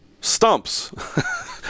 stumps